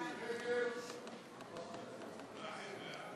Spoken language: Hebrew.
קבוצת סיעת